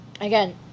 again